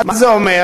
מה זה אומר?